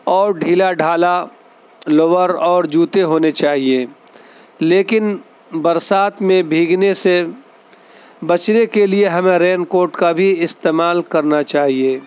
اور ڈھیلا ڈھالا لوور اور جوتے ہونے چاہیے لیکن برسات میں بھیگنے سے بچنے کے لیے ہمیں رین کوٹ کا بھی استعمال کرنا چاہیے